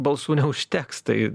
balsų neužteks tai